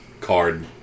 card